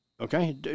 Okay